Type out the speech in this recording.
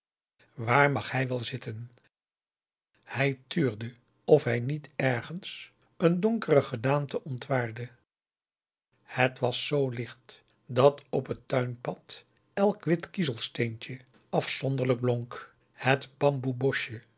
waar mag hij wel zitten hij tuurde of hij niet ergens een donkere gedaante ontwaarde het was zoo licht dat op het tuinpad elk wit kiezelsteentje afzonderlijk blonk het